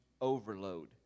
overload